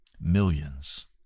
millions